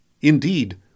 Indeed